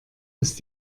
ist